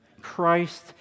christ